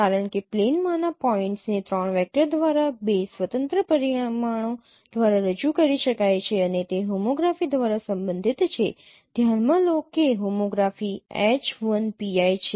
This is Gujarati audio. કારણ કે પ્લેનમાંના પોઇન્ટ્સને ત્રણ વેક્ટર દ્વારા બે સ્વતંત્ર પરિમાણો દ્વારા રજૂ કરી શકાય છે અને તે હોમોગ્રાફી દ્વારા સંબંધિત છે ધ્યાનમાં લો કે હોમોગ્રાફી H 1 pi છે